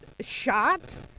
shot